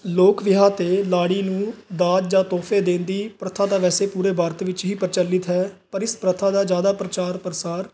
ਲੋਕ ਵਿਆਹ 'ਤੇ ਲਾੜੀ ਨੂੰ ਦਾਜ ਜਾਂ ਤੋਹਫ਼ੇ ਦੇਣ ਦੀ ਪ੍ਰਥਾ ਦਾ ਵੈਸੇ ਪੂਰੇ ਭਾਰਤ ਵਿੱਚ ਹੀ ਪ੍ਰਚਲਿਤ ਹੈ ਪਰ ਇਸ ਪ੍ਰਥਾ ਦਾ ਜ਼ਿਆਦਾ ਪ੍ਰਚਾਰ ਪ੍ਰਸਾਰ